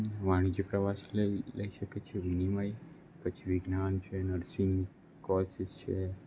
વાણિજ્ય પ્રવાસ લઈ લઈ શકે છે વિનિમય પછી વિજ્ઞાન છે નર્સિંગ કોર્સિસ છે